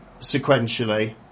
sequentially